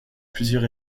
plusieurs